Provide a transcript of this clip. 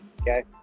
Okay